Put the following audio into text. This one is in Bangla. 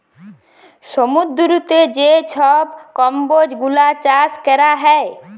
সমুদ্দুরেতে যে ছব কম্বজ গুলা চাষ ক্যরা হ্যয়